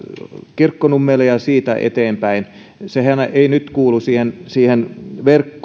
kirkkonummelle ja siitä eteenpäin sehän ei nyt kuulu siihen siihen